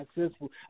successful